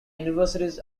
universities